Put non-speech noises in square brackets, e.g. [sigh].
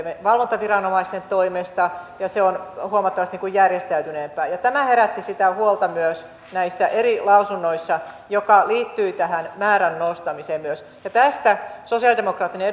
valvontaviranomaisten toimesta ja se on huomattavasti järjestäytyneempää tämä herätti huolta myös näissä eri lausunnoissa ja se liittyi myös tähän määrän nostamiseen tästä sosialidemokraattinen [unintelligible]